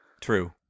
True